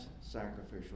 sacrificial